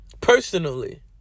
Personally